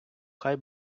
хай